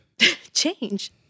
Change